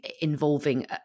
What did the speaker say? involving